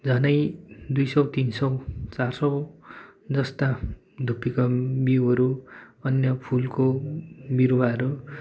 झन्डै दुई सौ तिन सौ चार सौ जस्ता धुप्पीका बिउहरू अन्य फुलको बिरुवाहरू